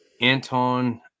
Anton